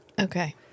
Okay